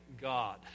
God